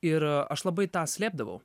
ir aš labai tą slėpdavau